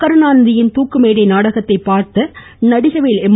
கருணாநிதியின் துாக்குமேடை நாடகத்தை பார்த்த நடிகவேள் எம்